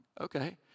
okay